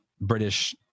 british